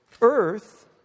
Earth